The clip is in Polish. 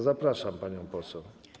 Zapraszam panią poseł.